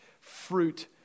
fruit